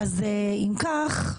אם כך,